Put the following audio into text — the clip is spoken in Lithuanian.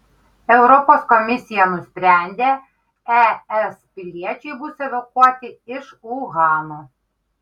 europos komisija nusprendė es piliečiai bus evakuoti iš uhano